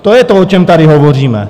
To je to, o čem tady hovoříme.